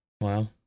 Wow